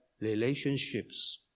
relationships